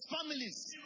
families